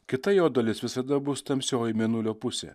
kita jo dalis visada bus tamsioji mėnulio pusė